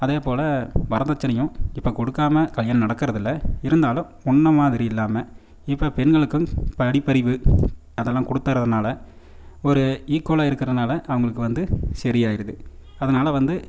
அதே போல் வரதட்சணையும் இப்போ கொடுக்காம கல்யாணம் நடக்கிறது இல்லை இருந்தாலும் முன்னே மாதிரி இல்லாமல் இப்போ பெண்களுக்கு படிப்பறிவு அதெல்லாம் கொடுத்தறதுனால ஒரு ஈக்குவலாக இருக்கிறதுனால அவங்களுக்கு வந்து சரி ஆயிடுது அதனால் வந்து